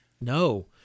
no